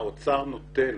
האוצר נותן.